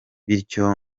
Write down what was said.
bityo